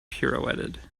pirouetted